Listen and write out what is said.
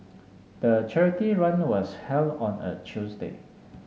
the charity run was held on a Tuesday